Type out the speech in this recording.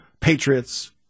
Patriots